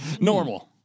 Normal